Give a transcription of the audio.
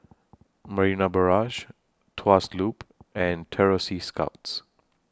Marina Barrage Tuas Loop and Terror Sea Scouts